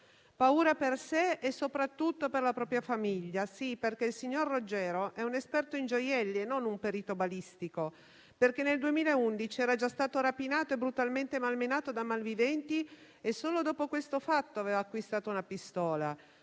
Paura per sé e soprattutto per la propria famiglia. Sì, perché il signor Roggero è un esperto in gioielli e non un perito balistico, perché nel 2011 era già stato rapinato e brutalmente malmenato da malviventi e solo dopo questo fatto aveva acquistato una pistola.